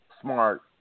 Smart